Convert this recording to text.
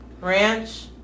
ranch